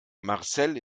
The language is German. marcel